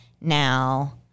Now